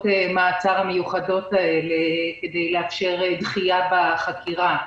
המעצר המיוחדות האלה כדי לאפשר דחייה בחקירה.